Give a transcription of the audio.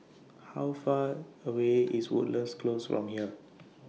How Far away IS Woodlands Close from here